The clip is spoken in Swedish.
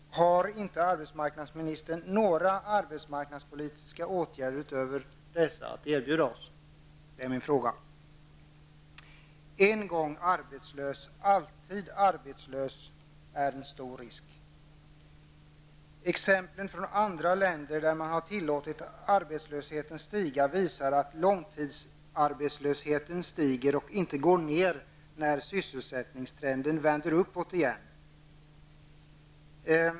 Har inte arbetsmarknadsministern några arbetsmarknadspolitiska åtgärder utöver dessa att erbjuda oss? Det är min fråga. En gång arbetslös, alltid arbetslös är en stor risk. Exempel från andra länder där man tillåtit arbetslösheten att stiga visar att långtidsarbetslösheten stiger och inte går ner när sysselsättningstrenden vänder uppåt igen.